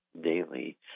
daily